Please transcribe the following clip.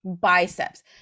biceps